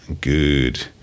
good